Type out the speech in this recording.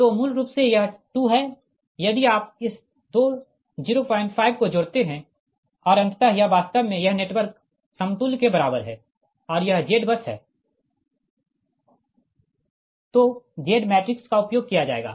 तो मूल रूप से यह 2 है यदि आप इस दो 05 को जोड़ते है और अंततः यह वास्तव में यह नेटवर्क समतुल्य के बराबर है और यह ZBUS है Z मैट्रिक्स का उपयोग किया जाएगा